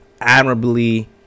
admirably